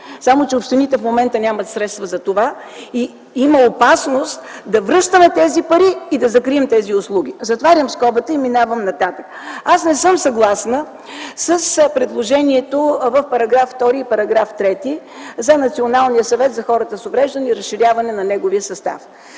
само че общините нямат средства в момента за това. Има опасност да връщаме тези пари и да закрием тези услуги. Затварям скобата и минавам нататък. Не съм съгласна с предложението в § 2 и § 3 за Националния съвет за хората с увреждания и разширяване на неговия състав.